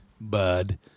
bud